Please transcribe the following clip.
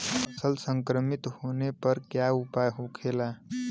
फसल संक्रमित होने पर क्या उपाय होखेला?